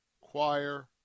choir